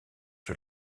sur